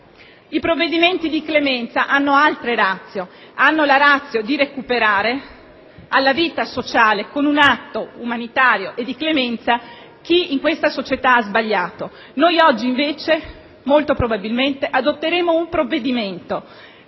I provvedimenti di clemenza hanno altra *ratio*: hanno la *ratio* di recuperare alla vita sociale, con un atto umanitario e di clemenza, chi in questa società ha sbagliato. Noi oggi invece, molto probabilmente, adotteremo un provvedimento